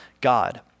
God